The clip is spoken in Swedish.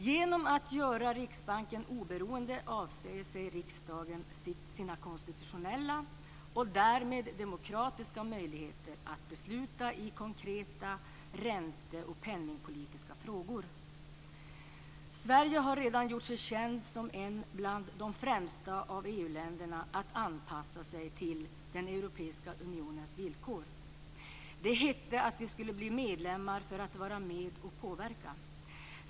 Genom att göra Riksbanken oberoende avsäger sig riksdagen sina konstitutionella och därmed demokratiska möjligheter att besluta i konkreta räntepolitiska och penningpolitiska frågor. Sverige har redan gjort sig känt som en av de främsta EU-länderna att anpassa sig till den europeiska unionens villkor. Det hette att vi skulle bli medlemmar för att påverka.